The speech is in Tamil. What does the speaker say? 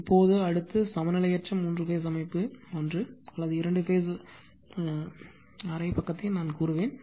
இப்போது அடுத்து சமநிலையற்ற மூன்று பேஸ் அமைப்பு ஒன்று அல்லது இரண்டு அல்லது அரை பக்கத்தை நான் கூறுவேன்